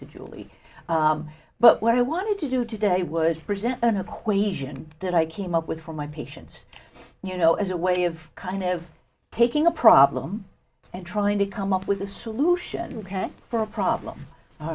to julie but what i wanted to do today would present an equation that i came up with for my patients you know as a way of kind of taking a problem and trying to come up with a solution ok for a problem